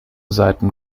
seiten